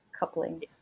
couplings